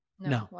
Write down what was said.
No